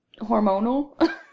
hormonal